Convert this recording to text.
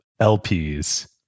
LPs